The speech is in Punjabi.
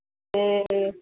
ਅਤੇ